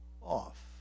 off